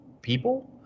people